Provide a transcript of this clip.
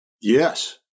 Yes